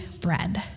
bread